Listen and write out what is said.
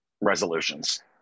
resolutions